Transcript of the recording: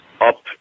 up